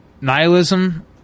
Nihilism